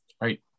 right